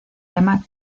llama